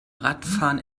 radfahren